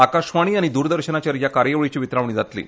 आकाशवाणी आनी द्रदर्शनाचेर ह्या कार्यावळीची वितरावणी जातली